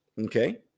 okay